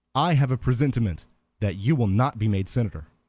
i have a presentiment that you will not be made senator.